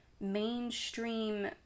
mainstream